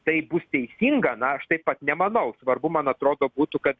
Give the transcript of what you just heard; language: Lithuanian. tai bus teisinga na aš taip pat nemanau svarbu man atrodo būtų kad